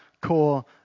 core